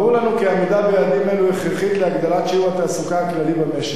ברור לי כי עמידה ביעדים אלה הכרחית להגדלת שיעור התעסוקה הכללי במשק,